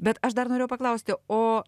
bet aš dar norėjau paklausti o